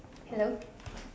hello